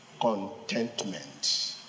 contentment